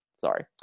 sorry